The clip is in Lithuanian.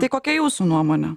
tai kokia jūsų nuomonė